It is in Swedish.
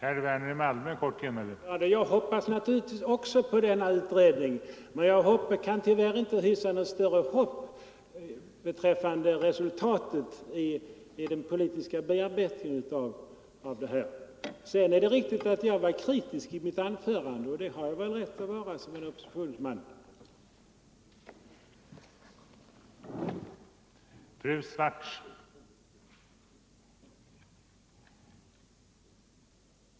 Herr talman! Ja, även jag hoppas naturligtvis på ärkebiskopens utredning, men jag kan tyvärr inte hysa något större hopp vad gäller resultatet av den politiska bearbetningen av utredningsresultatet. Sedan är det riktigt att jag var kritisk i mitt tidigare anförande, men det har jag väl som oppositionsman rätt att vara.